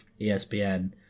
ESPN